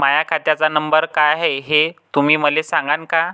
माह्या खात्याचा नंबर काय हाय हे तुम्ही मले सागांन का?